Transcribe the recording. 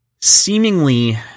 seemingly